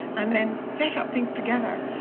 and then set up things together.